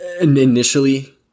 initially